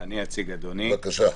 בבקשה.